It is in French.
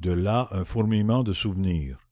de là un fourmillement de souvenirs